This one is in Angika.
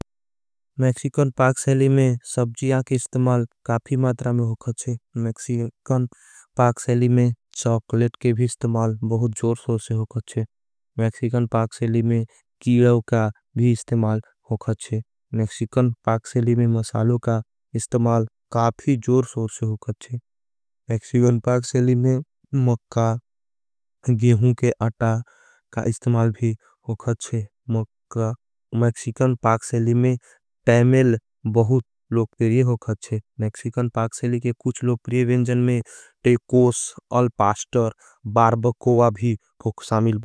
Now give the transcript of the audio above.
मेक्सिकन पाक्सेली में सबजियां के इस्तमाल काफी मात्रा में होगाच्छे। मेक्सिकन पाक्सेली में चौकलेट के भी इस्तमाल बहुत जोर सोर से होगाच्छे। मेक्सिकन पाक्सेली में कीलव का भी इस्तमाल होगाच्छे। मेक्सिकन पाक्सेली में मसालो का इस्तमाल काफी जोर सोर से होगाच्छे। मेक्सिकन पाक्सेली में मक्का, गेहुं के आटा का इस्तमाल भी होगाच्छे। मक्का, मेक्सिकन पाक्सेली में टैमेल बहुत लोग परिये होगाच्छे। मेक्सिकन पाक्सेली के कुछ लोग प्रिये वेंजन में टेकोस, अलपास्टर, बार्बकोआ भी होगाच्छे।